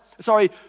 sorry